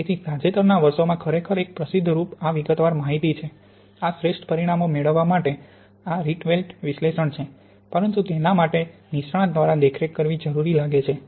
તેથી તાજેતરના વર્ષોમાં ખરેખર એક પ્રશિદ્ધિ રૂપ આ વિગતવાર માહિતી છે આ શ્રેષ્ઠ પરિણામો મેળવવા માટે આ રીટવેલ્ડ વિશ્લેષણ છે પરંતુ તેના માટે નિષ્ણાત દ્વારા દેખરેખ કરવી જરૂરી લાગે છે